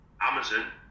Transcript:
Amazon